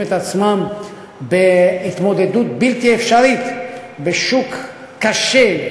את עצמם בהתמודדות בלתי אפשרית בשוק קשה,